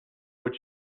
what